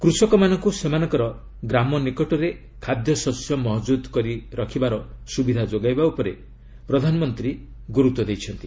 କୃଷକମାନଙ୍କୁ ସେମାନଙ୍କର ଗ୍ରାମ ନିକଟରେ ଖାଦ୍ୟଶସ୍ୟ ମହଜୁଦ ସୁବିଧା ଯୋଗାଇବା ଉପରେ ପ୍ରଧାନମନ୍ତ୍ରୀ ଗୁରୁତ୍ୱ ଦେଇଛନ୍ତି